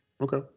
Okay